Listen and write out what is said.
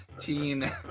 teen-